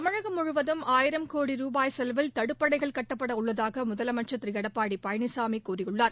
தமிழகம் முழுவதும் ஆயிரம் கோடி ரூபாய் செலவில தடுப்பணைகள் கட்டப்பட உள்ளதாக முதலமைச்சர் திரு எடப்பாடி பழனிசாமி கூறியுள்ளர்